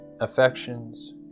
affections